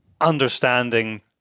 understanding